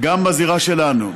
גם בזירה שלנו,